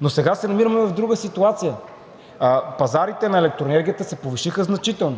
Но сега се намираме в друга ситуация – пазарите на електроенергията се повишиха значително.